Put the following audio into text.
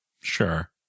Sure